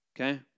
Okay